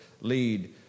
lead